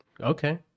Okay